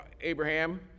Abraham